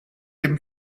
dem